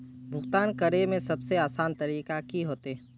भुगतान करे में सबसे आसान तरीका की होते?